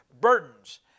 burdens